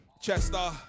Chester